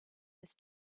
was